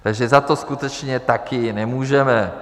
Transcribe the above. Takže za to skutečně také nemůžeme.